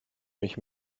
mich